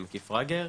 במקיף רגר,